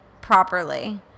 properly